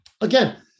again